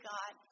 God